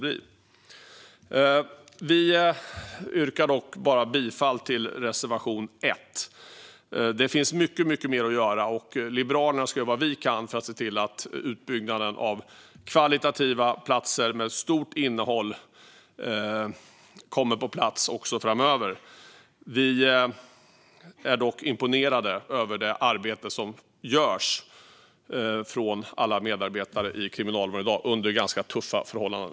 Jag yrkar dock bifall endast till reservation 1. Det finns mycket mer att göra, och vi i Liberalerna ska göra vad vi kan för att se till att utbyggnaden av kvalitativa platser med stort innehåll fortsätter också framöver. Vi är dock imponerade av det arbete som görs av alla medarbetare i kriminalvården i dag under ganska tuffa förhållanden.